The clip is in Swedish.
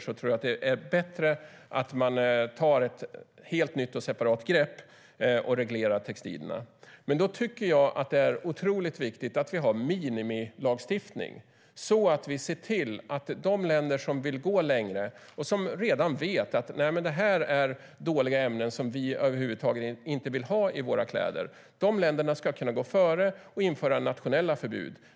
Jag tror att det är bättre att ta ett helt nytt och separat grepp och reglera textilierna. Men då är det otroligt viktigt att vi har en minimilagstiftning, så att de länder som vill gå längre, och som redan vet att det är dåliga ämnen som de över huvud taget inte vill ha i sina kläder, ska kunna gå före och införa nationella förbud.